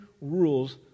rules